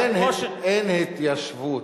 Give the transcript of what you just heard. אין התיישבות,